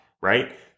right